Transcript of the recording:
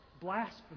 blasphemy